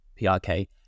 PRK